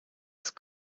ist